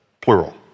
plural